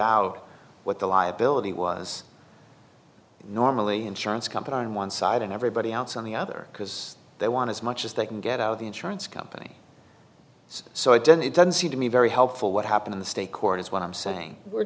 out what the liability was normally insurance company on one side and everybody else on the other because they want as much as they can get out of the insurance company so i don't it doesn't seem to me very helpful what happened in the state court is what i'm saying were